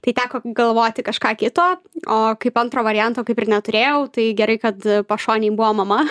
tai teko galvoti kažką kito o kaip antro varianto kaip ir neturėjau tai gerai kad pašonėj buvo mama